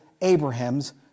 Abraham's